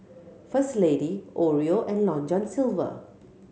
First Lady Oreo and Long John Silver